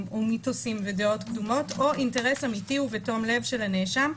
ומיתוסים ודעות קדומות או אינטרס אמיתי ובתום לב של הנאשם,